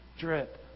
drip